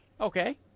Okay